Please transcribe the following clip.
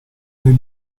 nel